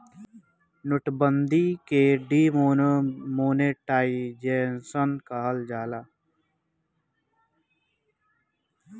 note बंदी के demonetisation कहल जाला